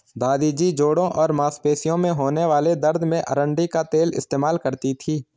दादी जी जोड़ों और मांसपेशियों में होने वाले दर्द में अरंडी का तेल इस्तेमाल करती थीं